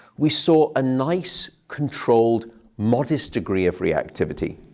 we saw a nice, controlled, modest degree of reactivity.